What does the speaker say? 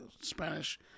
Spanish